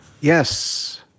Yes